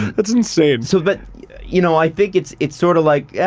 that's insane. so but you know, i think it's, it's sort of like, yeah